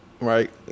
right